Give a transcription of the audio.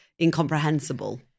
incomprehensible